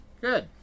Good